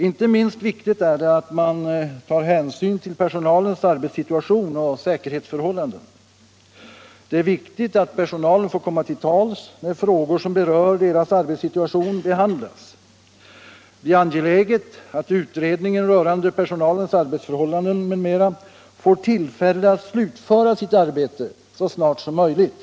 Inte minst viktigt är det att man tar hänsyn till personalens arbetssituation och säkerhetsförhållanden. Det är viktigt att personalen får komma till tals när frågor som berör deras arbetssituation behandlas. Det är angeläget att utredningen rörande personalens arbetsförhållanden m.m. får tillfälle att slutföra sitt arbete så snart som möjligt.